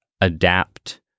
adapt